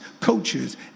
coaches